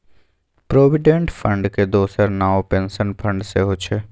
provident फंडक दोसर नाओ पेंशन फंड सेहौ छै